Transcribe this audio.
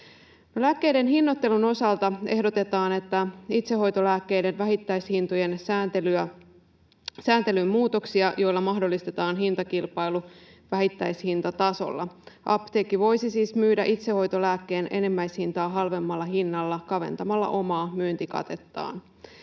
Lääkkeiden hinnoittelun osalta ehdotetaan itsehoitolääkkeiden vähittäishintojen sääntelyyn muutoksia, joilla mahdollistetaan hintakilpailu vähittäishintatasolla. Apteekki voisi siis myydä itsehoitolääkkeen enimmäishintaa halvemmalla hinnalla kaventamalla omaa myyntikatettaan.